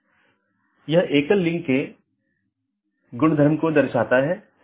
1 open message दो सहकर्मी nodes के बीच एक BGP सत्र स्थापित करता है